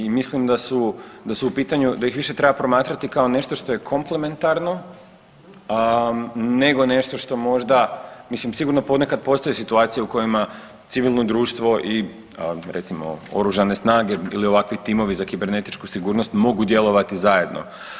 I mislim da su u pitanju, da ih više treba promatrati kao nešto što je komplementarno, nego nešto što možda, mislim sigurno ponekad postoje situacije u kojima civilno društvo i recimo Oružane snage ili ovakvi timovi za kibernetičku sigurnost mogu djelovati zajedno.